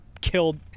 killed